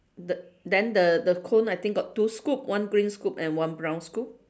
th~ then the the cone I think got two scoop one green scoop and one brown scoop